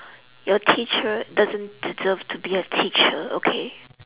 your teacher doesn't deserve to be a teacher okay